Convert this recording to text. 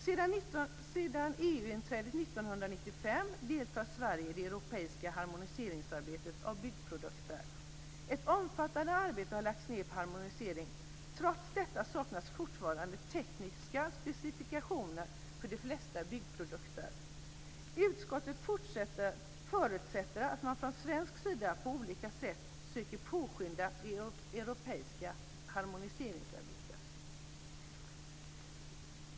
Sedan EU-inträdet 1995 deltar Sverige i det europeiska harmoniseringsarbetet av byggprodukter. Ett omfattande arbete har lagts ned på harmonisering, trots detta saknas fortfarande tekniska specifikationer för de flesta byggprodukter. Utskottet förutsätter att man från svensk sida på olika sätt söker påskynda det europeiska harmoniseringsarbetet.